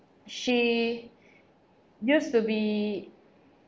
she used to be